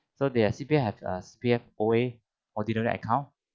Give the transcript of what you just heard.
so the C_P_F have O_A ordinary account